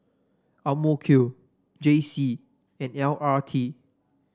J C and L R T